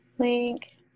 link